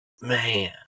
man